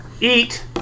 eat